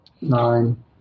Nine